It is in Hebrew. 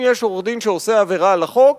אם יש עורך-דין שעושה עבירה על החוק,